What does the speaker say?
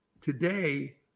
Today